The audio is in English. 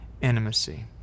intimacy